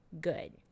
good